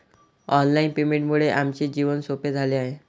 online पेमेंटमुळे आमचे जीवन सोपे झाले आहे